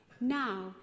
now